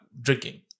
drinking